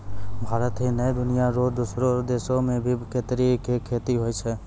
भारत ही नै, दुनिया रो दोसरो देसो मॅ भी केतारी के खेती होय छै